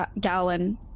gallon